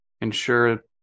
ensure